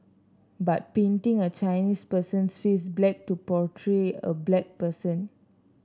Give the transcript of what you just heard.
but painting a Chinese person's face black to portray a black person